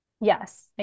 Yes